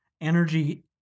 energy